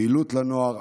פעילות לנוער,